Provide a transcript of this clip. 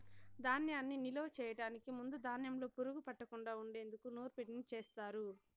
ధాన్యాన్ని నిలువ చేయటానికి ముందు ధాన్యంలో పురుగు పట్టకుండా ఉండేందుకు నూర్పిడిని చేస్తారు